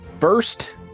First